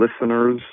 listeners